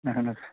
اَہَن حظ